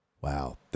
Wow